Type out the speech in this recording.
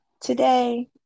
today